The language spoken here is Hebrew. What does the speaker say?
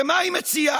שמה היא מציעה?